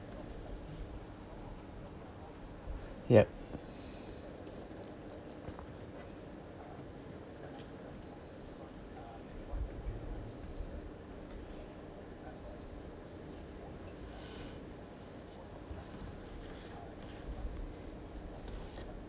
yup